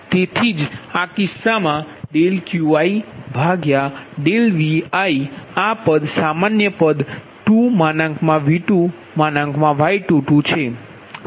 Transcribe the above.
તેથી જ આ કિસ્સામાં આ QiVi આ પદ સામાન્ય પદ 2V2Y22 છે